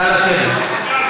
נא לשבת.